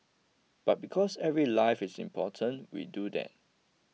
but because every life is important we do that